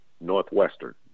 Northwestern